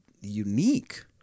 unique